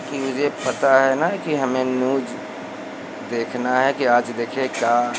कि मुझे पता है न कि हमें न्यूज देखना है कि आज देखें क्या